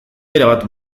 erabat